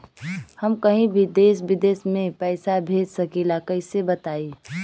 हम कहीं भी देश विदेश में पैसा भेज सकीला कईसे बताई?